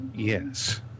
yes